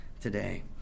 today